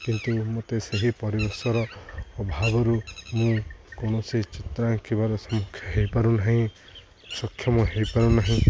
କିନ୍ତୁ ମୋତେ ସେହି ପରିବେଶର ଅଭାବରୁ ମୁଁ କୌଣସି ଚିତ୍ର ଆଙ୍କିବାରେ ସମ୍ମୁଖ ହେଇପାରୁ ନାହିଁ ସକ୍ଷମ ହେଇପାରୁ ନାହିଁ